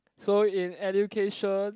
so in education